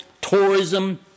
tourism